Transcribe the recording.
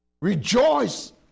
Rejoice